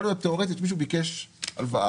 יכול להיות תיאורטית שמישהו ביקש הלוואה,